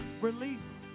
Release